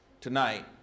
tonight